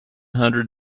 hundred